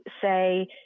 say